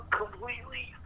completely